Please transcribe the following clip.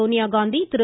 Sonia Gandhi Thiru